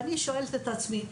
אני שואלת את עצמי,